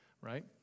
right